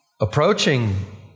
approaching